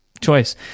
choice